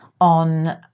on